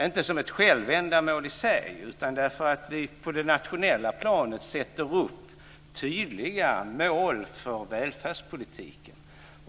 Det är inte ett självändamål i sig, utan det beror på att vi på det nationella planet sätter upp tydliga mål för välfärdspolitiken.